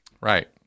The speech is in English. Right